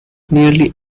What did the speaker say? nearly